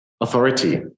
Authority